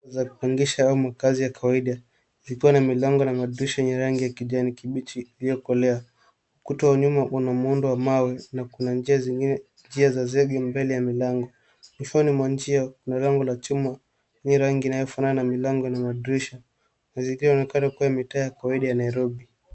Nyumba za kupangisha au makazi ya kawaida ikiwa na milango na madirisha yenye rangi ya kijani kibichi iliyokolea. Kuta wa nyuma una muundo wa mawe na kuna njia za zege mbele ya milango. Mwishoni mwa njia kuna lango la chuma lenye rangi inayofanana na milango na madirisha zikiwa zinaonekana kuwa mitaa ya kawaida ya Nairobi.